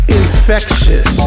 infectious